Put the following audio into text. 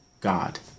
God